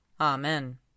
Amen